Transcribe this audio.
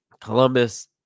Columbus